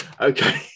okay